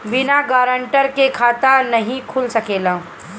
बिना गारंटर के खाता नाहीं खुल सकेला?